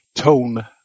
Tone